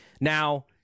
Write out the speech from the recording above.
Now